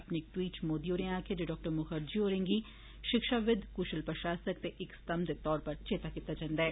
अपने इक ट्वीट च मोदी हारें आक्खेआ जे डॉ मुखर्जी होरें गी शिक्षविद्व कुशल प्रशासक ते इक स्तम्भ दे तौर उप्पर चेता कीता जंदा ऐ